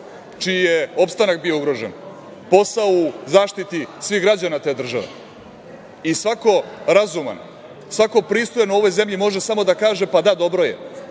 čiji je opstanak bio ugrožen, posao u zaštiti svih građana te države. Svako razuman, svako pristojan u ovoj zemlji može samo da kaže – pa da, dobro je,